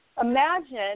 Imagine